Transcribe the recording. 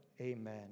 Amen